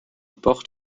portent